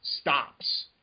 stops